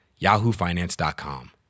YahooFinance.com